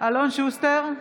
אלון שוסטר,